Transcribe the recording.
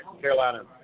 Carolina